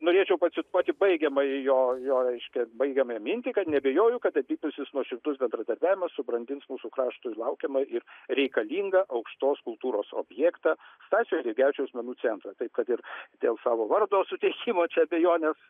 norėčiau pacituoti baigiamąjį jo jo reiškia baigiamąją mintį kad neabejoju kad abipusis nuoširdus bendradarbiavimas subrandins mūsų kraštui laukiamą ir reikalingą aukštos kultūros objektą stasio eidrigevičiaus menų centrą taip kad ir dėl savo vardo suteikimo čia abejonės